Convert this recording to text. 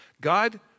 God